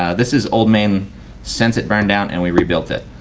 ah this is old main since it burned down and we rebuilt it.